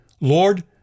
Lord